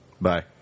Bye